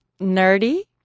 Nerdy